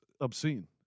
obscene